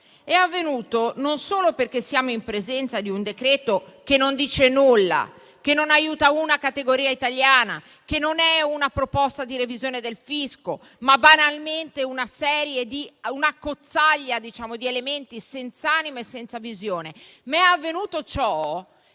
È avvenuto non solo perché siamo in presenza di un decreto che non dice nulla, che non aiuta una categoria italiana, che non è una proposta di revisione del fisco, ma banalmente un'accozzaglia di elementi senz'anima e senza visione;